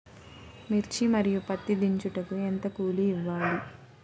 మిర్చి మరియు పత్తి దించుటకు ఎంత కూలి ఇవ్వాలి?